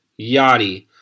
Yachty